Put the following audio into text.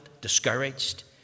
Discouraged